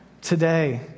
today